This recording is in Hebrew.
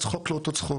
הצחוק לא אותו צחוק,